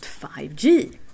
5G